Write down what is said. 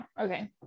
Okay